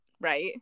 right